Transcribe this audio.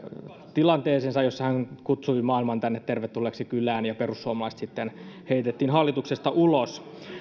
tilanteeseensa jossa hän kutsui maailman tänne tervetulleeksi kylään ja perussuomalaiset sitten heitettiin hallituksesta ulos